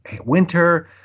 winter